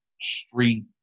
street